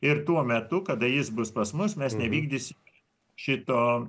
ir tuo metu kada jis bus pas mus mes nevykdysim šito